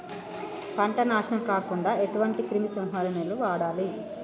పంట నాశనం కాకుండా ఎటువంటి క్రిమి సంహారిణిలు వాడాలి?